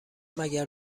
مگر